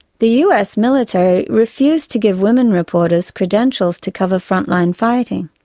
the us military refused to give women reporters credentials to cover front-line fighting.